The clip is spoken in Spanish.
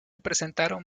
presentaron